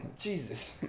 Jesus